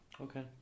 Okay